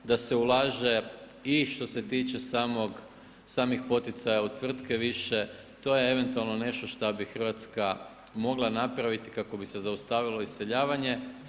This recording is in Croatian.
Da se ulaže i što se tiče samih poticaja u tvrtke više, to je eventualno nešto što bi Hrvatska mogla napraviti kako bi se zaustavilo iseljavanje.